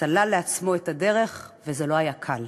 וסלל לעצמו את הדרך, וזה לא היה קל.